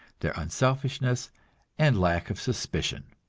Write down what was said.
their unselfishness and lack of suspicion.